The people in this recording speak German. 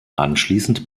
anschließend